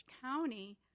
County